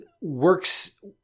works